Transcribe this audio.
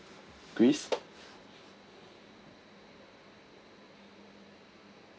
greece